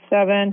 seven